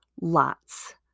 lots